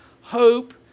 hope